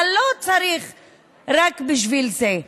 אבל לא רק בשביל זה.